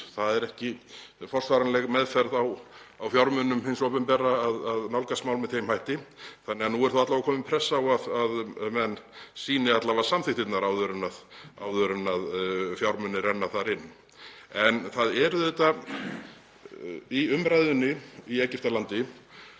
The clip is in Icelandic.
Það er ekki forsvaranleg meðferð á fjármunum hins opinbera að nálgast mál með þeim hætti þannig að nú er þó komin pressa á að menn sýni alla vega samþykktirnar áður en fjármunir renna þar inn. Í umræðunni í Egyptalandi